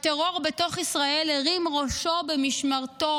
הטרור בתוך ישראל הרים את ראשו במשמרתו,